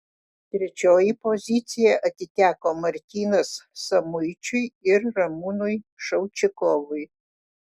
trečioji pozicija atiteko martynas samuičiui ir ramūnui šaučikovui